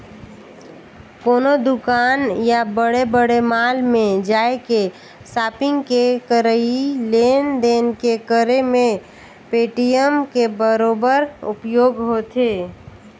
कोनो दुकान या बड़े बड़े मॉल में जायके सापिग के करई लेन देन के करे मे पेटीएम के बरोबर उपयोग होथे